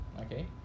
Okay